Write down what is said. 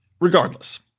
Regardless